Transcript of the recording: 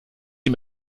ihm